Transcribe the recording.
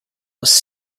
was